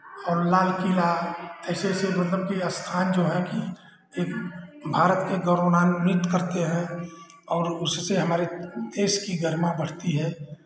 और लाल किला ऐसे ऐसे मतलब की स्थान जो है की एक भारत के गौरवान्वित करते हैं और उससे हमारे देश की गरिमा बढ़ती है